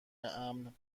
امن